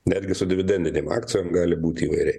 netgi su dividendinėm akcijom gali būti įvairiai